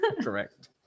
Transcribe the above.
Correct